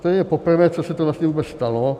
To je poprvé, co se to vlastně vůbec stalo.